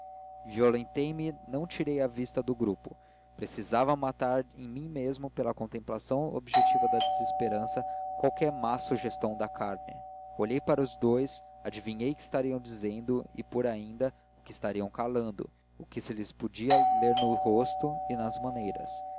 violentei me não tirei a vista do grupo precisava matar em mim mesmo pela contemplação objetiva da desesperança qualquer má sugestão da carne olhei para os dous adivinhei o que estariam dizendo e pior ainda o que estariam calando e que se lhes podia ler no rosto e nas maneiras